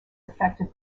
affected